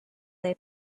they